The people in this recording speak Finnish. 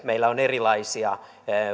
meillä on erilaisia